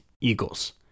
Eagles